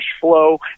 flow